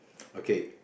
okay